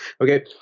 Okay